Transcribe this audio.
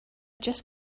just